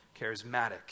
charismatic